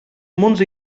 munts